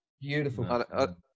beautiful